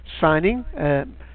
signing